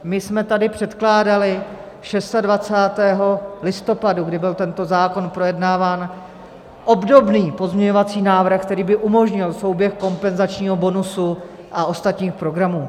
My jsme tady předkládali 26. listopadu, kdy byl tento zákon projednáván, obdobný pozměňovací návrh, který by umožnil souběh kompenzačního bonusu a ostatních programů.